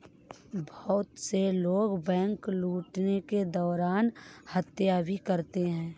बहुत से लोग बैंक लूटने के दौरान हत्या भी करते हैं